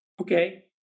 Okay